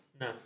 No